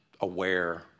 aware